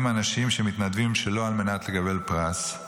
הם אנשים שמתנדבים שלא על מנת לקבל פרס.